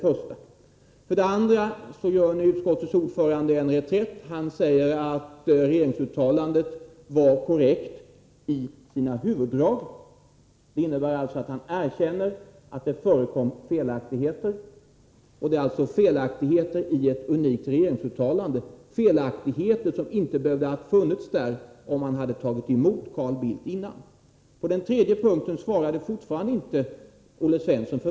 Vidare gör nu utskottets ordförande en reträtt. Han säger att regeringsuttalandet var korrekt i sina huvuddrag. Det innebär att han erkänner att det förekom felaktigheter. Det finns alltså felaktigheter i ett unikt regeringsuttalande, felaktigheter som inte hade behövt finnas där om statsministern tagit emot Carl Bildt dessförinnan. På den tredje punkten svarar fortfarande inte Olle Svensson.